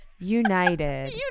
United